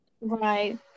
Right